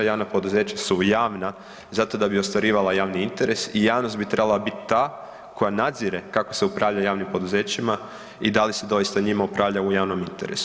Javna poduzeća su javna zato da bi ostvarivala javni interes i javnost bi trebala biti ta koja nadzire kako se upravlja javnim poduzećima i da li se doista njima upravlja u javnom interesu.